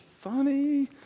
funny